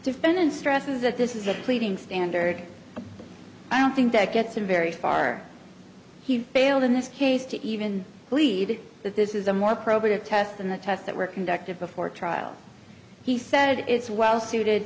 defendant stresses that this is a pleading standard i don't think that gets him very far he failed in this case to even plead that this is a more probative test than the tests that were conducted before trial he said it's well suited